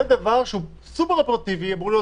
זה דבר שהוא אמור להיות